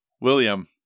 William